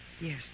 Yes